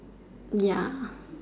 ya